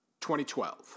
2012